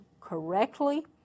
correctly